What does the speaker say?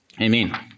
Amen